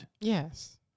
Yes